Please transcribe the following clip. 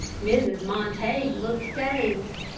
mrs. montague looked dazed.